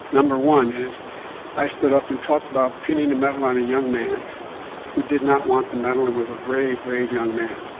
one is i stood up and talked about pinning a medal on a young man who did not want the medal and was a brave, brave young man.